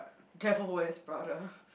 Devil-Wears-Prada